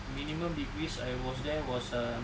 minimum degrees I was there was a